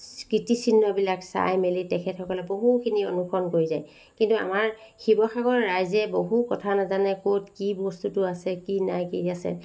কৃতিচিহ্নবিলাক চাই মেলি তেখেতেসকলে বহুখিনি অনুসৰণ কৰি যায় কিন্তু আমাৰ শিৱসাগৰ ৰাইজে বহু কথা নাজানে ক'ত কি বস্তুটো আছে কি নাই কি আছে